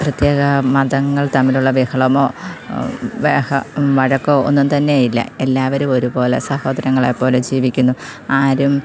പ്രത്യേക മതങ്ങൾ തമ്മിലുള്ള ബഹളമോ ബഹ വഴക്കോ ഒന്നും തന്നെയില്ല എല്ലാവരും ഒരു പോലെ സഹോദരങ്ങളെപ്പോലെ ജീവിക്കുന്നു ആരും